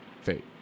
fate